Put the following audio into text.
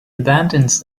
abandons